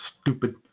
stupid